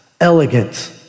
Elegant